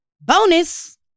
bonus